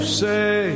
say